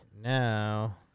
Now